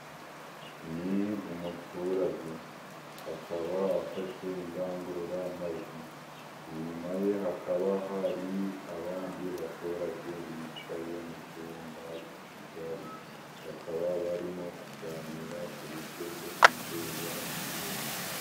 Ni umuturage akaba afashe indangururamajwi, inyuma ye hakaba hari abandi baturage bicaye mu cyumba kigari bakaba barimo kuganira ku buryo bwo kwiteza imbere.